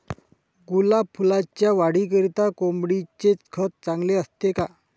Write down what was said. गुलाब फुलाच्या वाढीकरिता कोंबडीचे खत चांगले असते का?